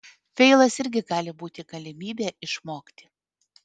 feilas irgi gali būti galimybė išmokti